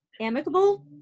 amicable